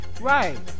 Right